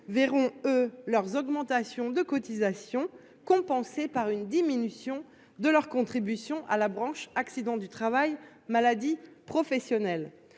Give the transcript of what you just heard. verront eux leurs augmentations de cotisations, compensée par une diminution de leur contribution à la branche accidents du travail-maladies professionnelles.